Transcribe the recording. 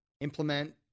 implement